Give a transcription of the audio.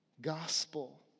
gospel